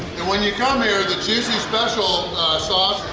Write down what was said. and when you come here, the juicy special sauce,